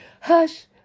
hush